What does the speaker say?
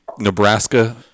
nebraska